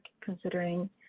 considering